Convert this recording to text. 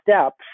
steps